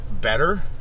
better